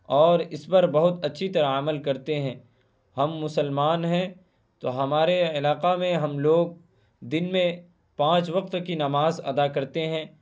اور اس پر بہت اچھی طرح عمل کرتے ہیں ہم مسلمان ہیں تو ہمارے علاقہ میں ہم لوگ دن میں پانچ وقت کی نماز ادا کرتے ہیں